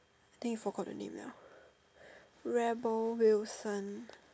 I think forgot the name liao rebel Wilson